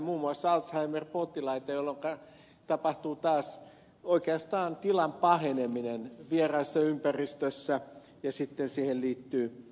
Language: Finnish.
muun muassa alzheimer potilaiden tila vieraassa ympäristössä oikeastaan pahenee ja siihen liittyy ed